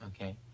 okay